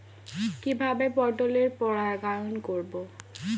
কিভাবে পটলের পরাগায়ন করব?